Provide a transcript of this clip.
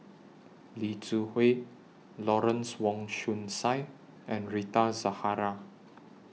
Lee Zu Hui Lawrence Wong Shyun Tsai and Rita Zahara